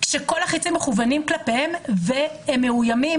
כשכל החיצים מכוונים כלפיהם והם מאוימים